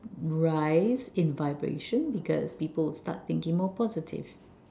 rise in vibration because people will start thinking more positive